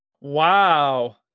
Wow